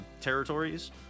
territories